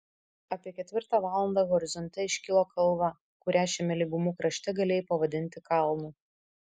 apie ketvirtą valandą horizonte iškilo kalva kurią šiame lygumų krašte galėjai pavadinti kalnu